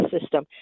system